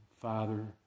Father